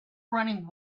running